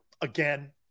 Again